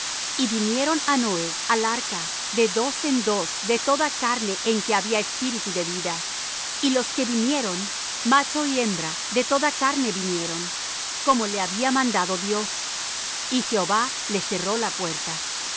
y vinieron á noé al arca de dos en dos de toda carne en que había espíritu de vida y los que vinieron macho y hembra de toda carne vinieron como le había mandado dios y jehová le cerró la puerta